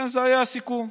זה היה הסיכום,